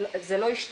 זה לא השתנה.